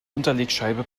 unterlegscheibe